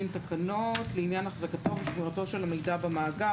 תקנות לעניין החזקתו ושמירתו של המידע במאגר,